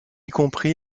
compris